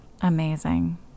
Amazing